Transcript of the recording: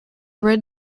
red